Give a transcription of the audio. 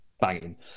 banging